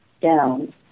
down